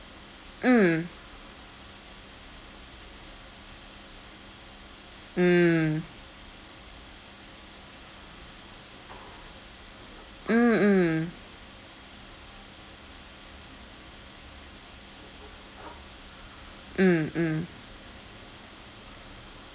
mm mm mm mm mm mm